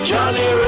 Johnny